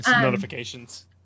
notifications